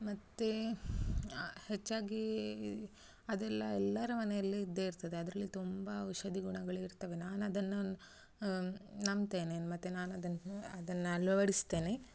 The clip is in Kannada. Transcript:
ಮತ್ತು ಹೆಚ್ಚಾಗಿ ಅದೆಲ್ಲ ಎಲ್ಲರ ಮನೆಯಲ್ಲಿ ಇದ್ದೇ ಇರ್ತದೆ ಅದರಲ್ಲಿ ತುಂಬ ಔಷಧಿ ಗುಣಗಳು ಇರ್ತವೆ ನಾನು ಅದನ್ನು ನಂಬ್ತೇನೆ ಮತ್ತು ನಾನು ಅದನ್ನ ಅದನ್ನು ಅಳವಡಿಸ್ತೇನೆ